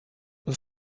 een